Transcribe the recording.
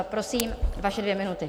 Prosím, vaše dvě minuty.